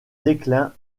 déclin